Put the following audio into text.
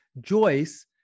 Joyce